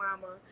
Mama